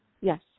Yes